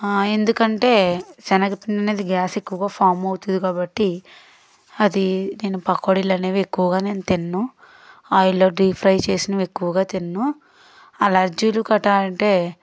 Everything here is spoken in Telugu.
ఎందుకంటే శనగపిండి అనేది గ్యాస్ ఎక్కువగా ఫామ్ అవుతుంది కాబట్టి అదీ నేను పకోడీలు అనేవి నేను ఎక్కువగా నేను తినను ఆయిల్లో డీప్ ఫ్రై చేసినవి ఎక్కువగా తినను అలర్జీలు కటా అంటే